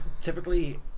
typically